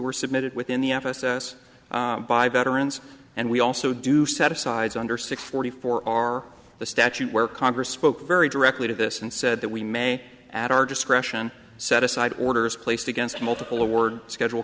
were submitted within the f s s by veterans and we also do set asides under six forty four are the statute where congress spoke very directly to this and said that we may at our discretion set aside orders placed against multiple award schedule